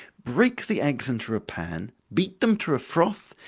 break the eggs into a pan, beat them to a froth,